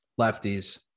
Lefties